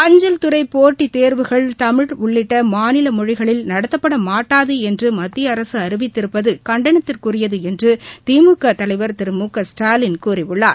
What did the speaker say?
அஞ்சல் துறைபோட்டித் தேர்வுகள் தமிழ் உள்ளிட்டமாநிலமொழிகளில் நடத்தப்படமாட்டாதுஎன்றுமத்தியஅரசுஅறிவித்திருப்பதுகண்டனத்திற்குரியதுஎன்றுதிமுகதலைவா திரு மு க ஸ்டாலின் கூறியுள்ளார்